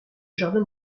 jardin